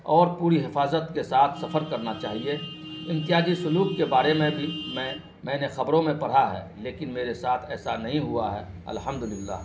اور پوری حفاظت کے ساتھ سفر کرنا چاہیے امتیازی سلوک کے بارے میں بھی میں میں نے خبروں میں پڑھا ہے لیکن میرے ساتھ ایسا نہیں ہوا ہے الحمد للہ